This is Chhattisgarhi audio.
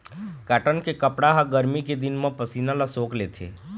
कॉटन के कपड़ा ह गरमी के दिन म पसीना ल सोख लेथे